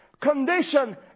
condition